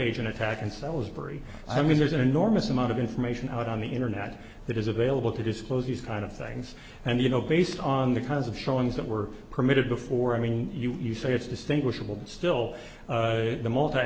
agent attack and salisbury i mean there's an enormous amount of information out on the internet that is available to disclose these kind of things and you know based on the kinds of showings that were permitted before i mean you you say it's distinguishable but still the multi